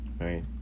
right